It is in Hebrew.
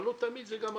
אבל זה לא תמיד הפיגום,